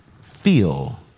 feel